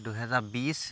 দুহেজাৰ বিশ